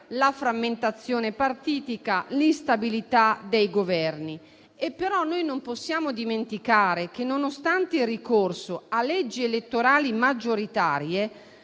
la frammentazione partitica e l'instabilità dei Governi. Tuttavia, non possiamo dimenticare che, nonostante il ricorso a leggi elettorali maggioritarie,